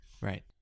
Right